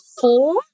four